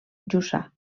jussà